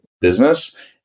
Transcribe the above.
business